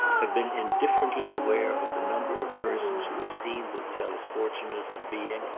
had been indifferently aware of the number of persons who esteemed themselves fortunate in being,